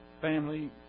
family